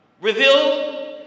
Revealed